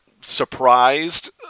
surprised